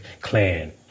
Clan